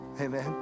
Amen